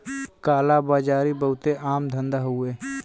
काला बाजारी बहुते आम धंधा हउवे